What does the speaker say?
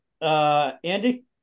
Andy